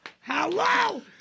Hello